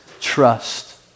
trust